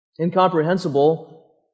Incomprehensible